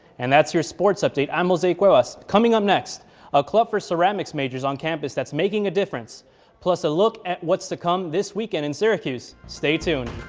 and that's your sports update i'm jose cuevas. coming up next a club for ceramics majors on campus that's making a difference plus a look at what's to come this weekend in syracuse stay tuned